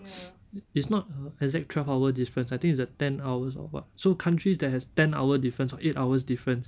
it's not exact twelve hour difference I think it's a ten hours or what so countries that has ten hour difference or eight hours difference